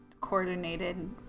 coordinated